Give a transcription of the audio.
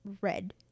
red